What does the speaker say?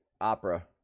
Opera